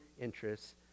interests